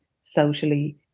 socially